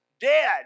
dead